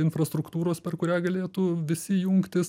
infrastruktūros per kurią galėtų visi jungtis